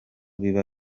biba